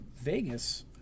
Vegas